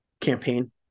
campaign